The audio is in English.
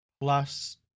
plus